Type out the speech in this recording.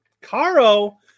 Caro